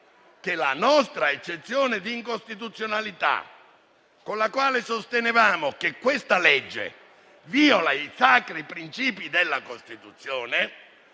che la nostra eccezione di incostituzionalità, con la quale sostenevamo che il provvedimento in esame viola i sacri principi della Costituzione,